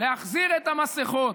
להחזיר את המסכות,